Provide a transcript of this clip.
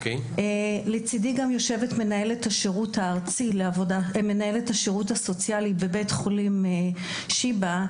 לצידי גם יושבת מנהלת השירות הסוציאלי בבית חולים שיבא,